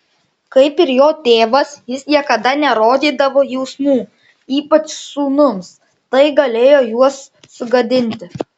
kaip ir jo tėvas jis niekada nerodydavo jausmų ypač sūnums tai galėjo juos sugadinti